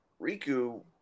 Riku